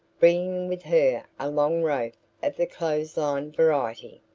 bringing with her a long rope of the clothesline variety.